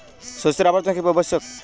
শস্যের আবর্তন কী আবশ্যক?